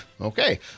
Okay